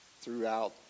throughout